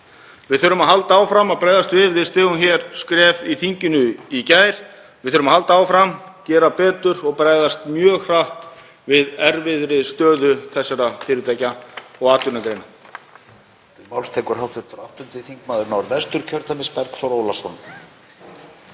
Við þurfum að halda áfram að bregðast við. Við stigum hér skref í þinginu í gær. Við þurfum að halda áfram, gera betur og að bregðast mjög hratt við erfiðri stöðu þessara fyrirtækja og atvinnugreina.